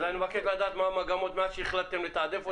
אני מבקש לדעת מה המגמות כאשר מאז החלטתם לתעדף אותם,